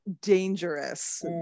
dangerous